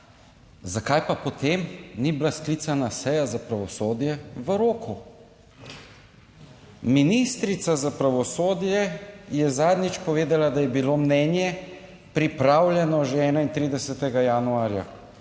zakaj pa potem ni bila sklicana seja za pravosodje v roku. Ministrica za pravosodje je zadnjič povedala, da je bilo mnenje pripravljeno že 31. januarja.